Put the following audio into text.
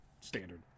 standard